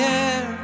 air